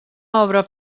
obra